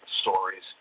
stories